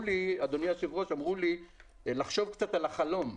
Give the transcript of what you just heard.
אדוני היושב ראש, אמרו לי לחשוב קצת על החלום.